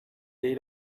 they